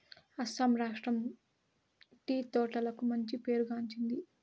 అస్సాం రాష్ట్రం టీ తోటలకు మంచి పేరు గాంచింది